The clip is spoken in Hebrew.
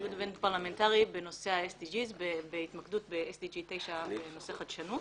הארגון הבין-פרלמנטרי בנושא ה- SDGsבהתמקדות ב-SDG9 בנושא חדשנות.